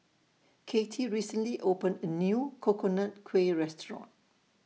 Cathey recently opened A New Coconut Kuih Restaurant